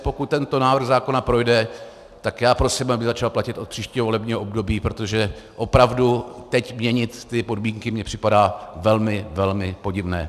Pokud tento návrh zákona projde, tak já prosím, aby začal platit od příštího volebního období, protože opravdu teď měnit ty podmínky mi připadá velmi, velmi podivné.